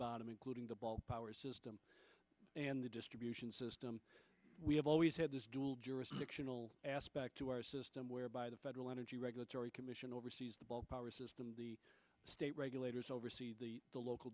bottom including the ball power system and the distribution system we have always had this dual jurisdictional aspect to our system whereby the federal energy regulatory commission oversees the ball power system the state regulators oversees the local